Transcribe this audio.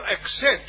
accept